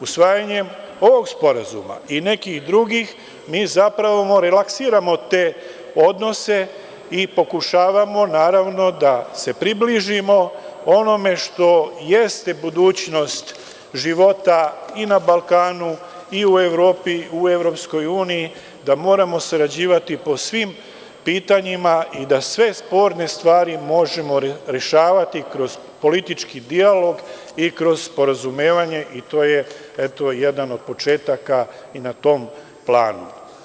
Usvajanjem ovog sporazuma i nekih drugih, mi zapravo relaksiramo te odnose i pokušavamo, naravno, da se približimo onome što jeste budućnost života i na Balkanu i u Evropi, Evropskoj uniji, da moramo sarađivati po svim pitanjima i da sve sporne stvari možemo rešavati kroz politički dijalog i kroz sporazumevanje i to je, eto, jedan od početaka i na tom planu.